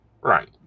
Right